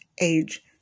age